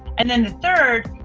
and then the third,